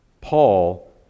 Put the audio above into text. Paul